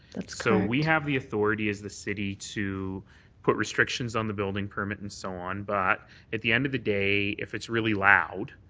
that's correct. so we have the authority as the city to put restrictions on the building permit and so on, but at the end of the day, if it's really loud,